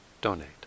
donate